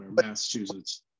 Massachusetts